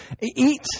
eat